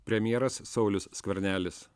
premjeras saulius skvernelis